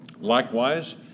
Likewise